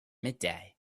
midday